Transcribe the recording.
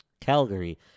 Calgary